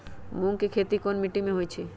मूँग के खेती कौन मीटी मे होईछ?